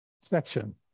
section